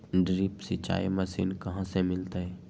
Drip सिंचाई machine कहाँ से मिलतै?